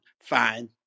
Fine